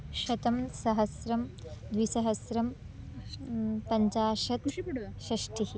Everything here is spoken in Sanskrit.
शतं सहस्रं द्विसहस्रं पञ्चाशत् षष्ठिः